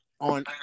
on